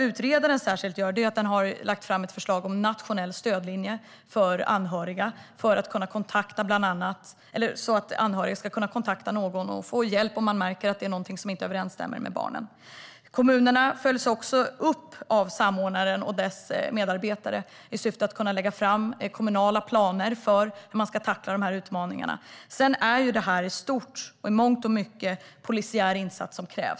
Utredaren har lagt fram ett förslag om en nationell stödlinje för anhöriga så att de kan kontakta någon och få hjälp om något inte verkar stämma med barnen. Kommunerna följs också upp av samordnaren med medarbetare i syfte att lägga fram kommunala planer för hur man ska tackla dessa utmaningar. I mångt och mycket krävs en polisiär insats.